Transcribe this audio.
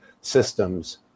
systems